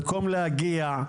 במקום להגיע,